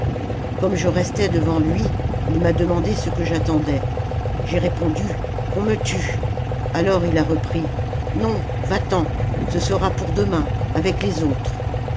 comme je restais devant lui il m'a demandé ce que j'attendais j'ai répondu qu'on me tue alors il a repris non va-t'en ce sera pour demain avec les autres